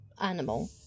animal